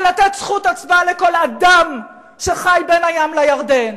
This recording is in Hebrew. ולתת זכות הצבעה לכל אדם שחי בין הים לירדן,